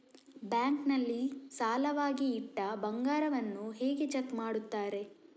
Bank ನಲ್ಲಿ ಸಾಲವಾಗಿ ಇಟ್ಟ ಬಂಗಾರವನ್ನು ಹೇಗೆ ಚೆಕ್ ಮಾಡುತ್ತಾರೆ?